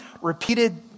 repeated